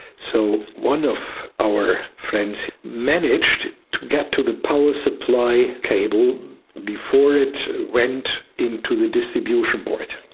so one of our friends managed to get to the power supply cable before it went into the distribution board.